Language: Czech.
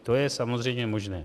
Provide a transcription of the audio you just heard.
To je samozřejmě možné.